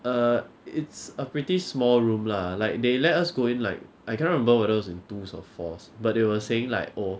err it's a pretty small room lah like they let us go in like I cannot remember whether it was in twos or fours but they were saying like oh